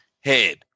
head